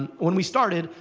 and when we started,